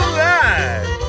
live